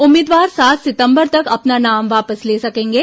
उम्मीदवार सात सितंबर तक अपना नाम वापस ले सकेंगे